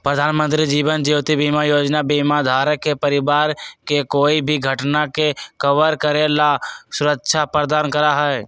प्रधानमंत्री जीवन ज्योति बीमा योजना बीमा धारक के परिवार के कोई भी घटना के कवर करे ला सुरक्षा प्रदान करा हई